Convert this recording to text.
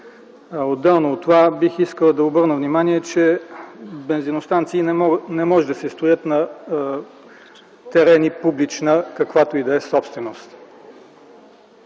Отделно от това бих искал да обърна внимание, че бензиностанции не могат да се строят на терени - каквато и да е публична собственост.